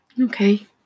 Okay